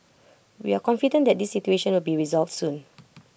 we are confident that this situation will be resolved soon